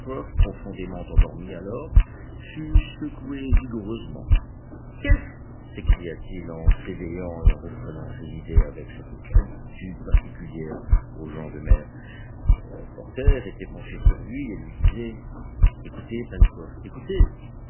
profondément endormi alors fut secoué vigoureusement qu'est-ce s'écria-t-il en s'éveillant et en reprenant ses idées avec cette promptitude particulière aux gens de mer le reporter était penché sur lui et lui disait écoutez pencroff écoutez